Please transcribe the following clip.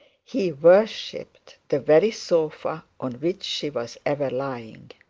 he worshipped the very sofa on which she was ever lying.